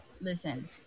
Listen